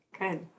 Good